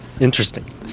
Interesting